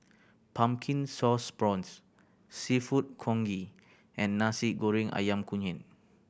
Pumpkin Sauce Prawns Seafood Congee and Nasi Goreng Ayam Kunyit